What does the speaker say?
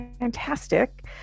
fantastic